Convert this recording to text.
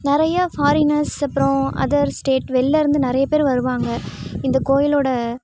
நிறையா ஃபாரினர்ஸ் அப்புறோம் other state வெள்யிலேர்ந்து நிறையா பேர் வருவாங்க இந்த கோயிலோடய